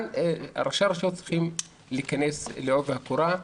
ראשי הרשויות צריכים להיכנס לעובי הקורה.